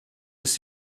ist